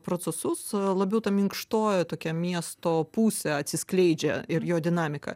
procesus labiau ta minkštoji tokia miesto pusė atsiskleidžia ir jo dinamika